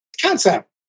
Concept